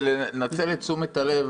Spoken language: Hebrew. לנצל את תשומת הלב,